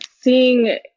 seeing